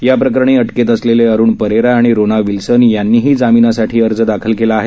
याप्रकरणी अटकेत असलेले अरुण परेरा आणि रोना विल्सन यांनीही जामिनासाठी अर्ज दाखल केला आहे